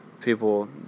People